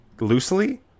loosely